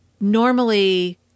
Normally